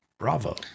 Bravo